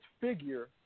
figure